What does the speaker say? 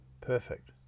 perfect